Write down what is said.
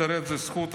לשרת זו זכות,